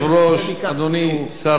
אדוני שר הרווחה,